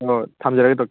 ꯍꯣꯏ ꯊꯝꯖꯔꯦ ꯗꯣꯛꯇꯔ